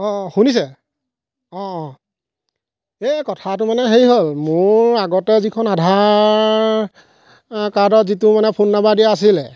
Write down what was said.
অঁ অঁ শুনিছে অঁ অঁ এই কথাটো মানে হেৰি হ'ল মোৰ আগতে যিখন আধাৰ কাৰ্ডত যিটো মানে ফোন নাম্বাৰ দিয়া আছিলে